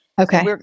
Okay